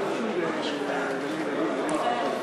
בגן-שעשועים ציבורי לילדים),